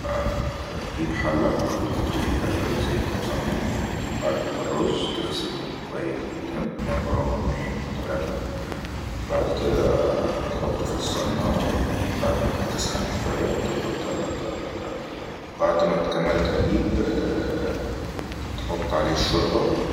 ءءءهتجيب حله وتحط فيها كوبايت زيت او سمنة وتجيب بعدها رز وتخسله كويس جدن مرة اتنين تلاته بعد كدا تحطه في السمنة وبعد م تسخن شوية تفضل تئلب تئلب تئلب بعد متكمل تئليب تحط عليه الشوربه